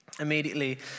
Immediately